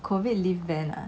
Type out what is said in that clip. COVID lift ban ah